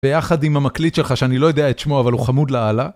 ביחד עם המקליט שלך שאני לא יודע את שמו אבל הוא חמוד להלאה